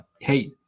hey